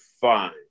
Fine